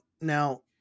now